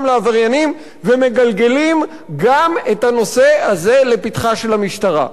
לעבריינים ומגלגלים גם את הנושא הזה לפתחה של המשטרה.